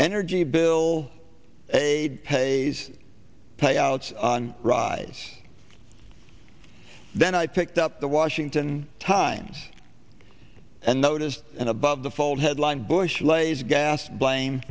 energy bill a haze payouts on rise then i picked up the washington times and noticed an above the fold headline bush lays gas blame